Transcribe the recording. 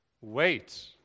Wait